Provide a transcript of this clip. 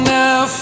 now